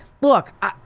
look